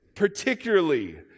particularly